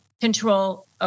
control